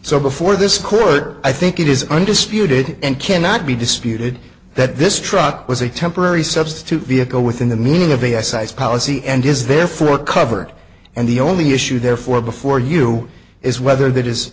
so before this court i think it is undisputed and cannot be disputed that this truck was a temporary substitute vehicle within the meaning of a s i policy and is therefore covered and the only issue therefore before you is whether that is